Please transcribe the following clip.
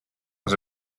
was